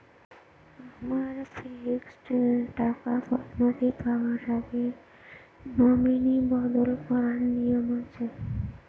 আমার ফিক্সড টাকা পরিনতি পাওয়ার আগে নমিনি বদল করার নিয়ম আছে?